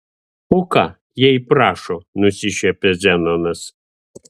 o ką jei prašo nusišiepia zenonas